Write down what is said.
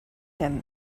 him